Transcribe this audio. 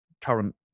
current